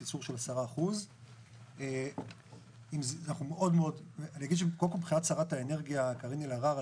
ייצור של 10%. מבחינת שרת האנרגיה קארין אלהרר,